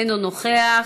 אינו נוכח,